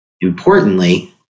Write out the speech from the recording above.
importantly